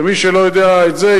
ומי שלא יודע את זה,